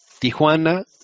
Tijuana